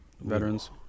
veterans